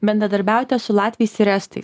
bendradarbiaujate su latviais ir estais